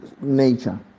nature